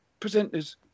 presenters